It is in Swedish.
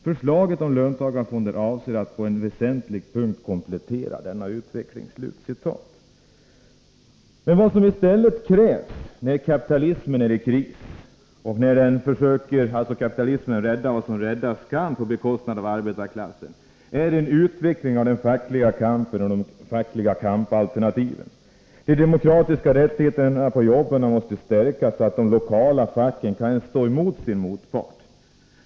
Förslaget om löntagarfonder avser att på en väsentlig punkt komplettera denna utveckling.” Men vad som i stället krävs, när kapitalismen är i kris och när kapitalisterna försöker rädda vad som räddas kan på bekostnad av arbetarklassen, är en utveckling av den fackliga kampen och de fackliga kampalternativen. De demokratiska rättigheterna på jobben måste stärkas, så att det lokala facket kan stå emot sin motpart.